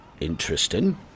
interesting